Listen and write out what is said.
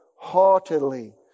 haughtily